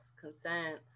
consent